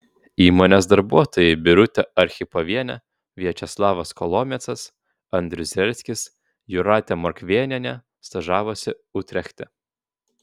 įmonės darbuotojai birutė archipovienė viačeslavas kolomiecas andrius zrelskis jūratė morkvėnienė stažavosi utrechte